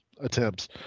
attempts